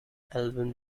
alvin